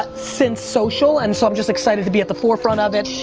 since social, and so i'm just excited to be at the forefront of it.